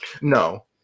no